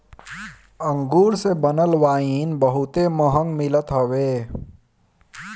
अंगूर से बनल वाइन बहुते महंग मिलत हवे